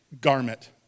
garment